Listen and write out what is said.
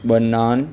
ॿ नान